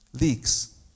leaks